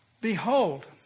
Behold